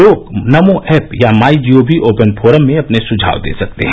लोग नमो ऐप या MyGov open forum में अपने सुझाव दे सकते हैं